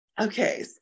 Okay